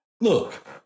look